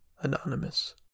anonymous